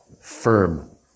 firm